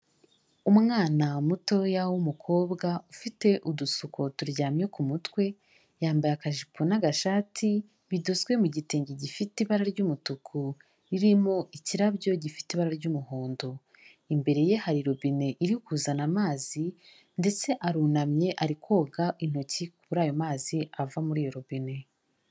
Umwana mutoya w'umukobwa ufite udusuko turyamye ku mutwe, yambaye akajipo n'agashati bidozwe mu gitenge gifite ibara ry'umutuku ririmo ikirabyo gifite ibara ry'umuhondo. Imbere ye hari robine iri kuzana amazi ndetse arunamye ari koga intoki kuri ayo mazi ava muri iyo robine.